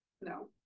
No